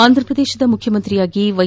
ಆಂಧ್ರಪ್ರದೇಶದ ಮುಖ್ಯಮಂತ್ರಿಯಾಗಿ ವೈ